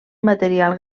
material